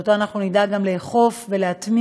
שאותו אנחנו נדע גם לאכוף ולהטמיע,